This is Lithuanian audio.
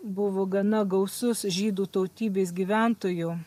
buvo gana gausus žydų tautybės gyventojų